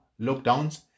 lockdowns